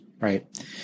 Right